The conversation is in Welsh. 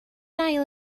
ail